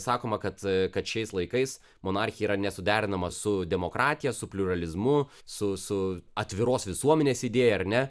sakoma kad kad šiais laikais monarchija yra nesuderinama su demokratija su pliuralizmu su su atviros visuomenės idėja ar ne